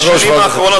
בשנים האחרונות,